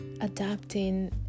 adapting